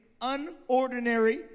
unordinary